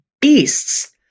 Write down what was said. beasts